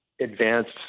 advanced